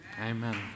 Amen